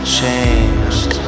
changed